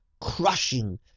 crushing